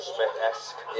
Smith-esque